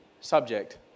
subject